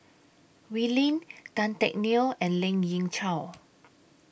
Wee Lin Tan Teck Neo and Lien Ying Chow